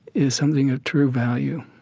is something of true value,